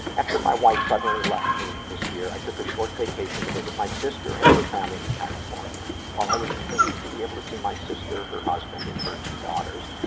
after my wife suddenly left me this year, i took a short vacation to visit my sister and her family in california. while i was pleased to be able to see my sister, her husband, and her two daughters,